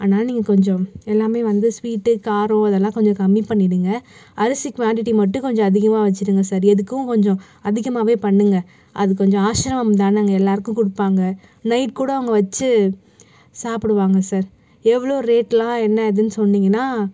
அதனால நீங்கள் கொஞ்சம் எல்லாமே வந்து ஸ்வீட்டு காரம் இதெல்லாம் கொஞ்சம் கம்மி பண்ணிவிடுங்க அரிசி குவான்டிட்டி மட்டும் கொஞ்சம் அதிகமாக வச்சுடுங்க சார் எதுக்கும் கொஞ்சம் அதிகமாகவே பண்ணுங்க அது கொஞ்சம் ஆஸ்ரமம் தானேங்க எல்லாருக்கும் கொடுப்பாங்க நைட் கூட அவங்க வச்சு சாப்பிடுவாங்க சார் எவ்வளோ ரேட்டெலாம் என்ன ஏதுனு சொன்னிங்கன்னால்